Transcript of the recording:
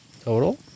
Total